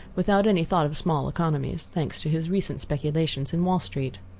without any thought of small economies thanks to his recent speculations in wall street.